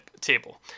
table